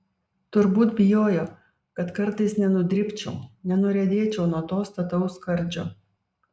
turbūt bijojo kad kartais nenudribčiau nenuriedėčiau nuo to stataus skardžio